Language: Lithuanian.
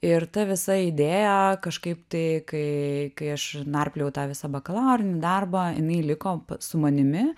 ir ta visa idėja kažkaip tai kai kai aš narpliojau tą visą bakalaurinį darbą jinai liko su manimi